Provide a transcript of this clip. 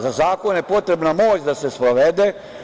Za zakone je potrebna moć da se sprovedu.